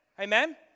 Amen